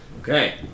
Okay